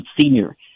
senior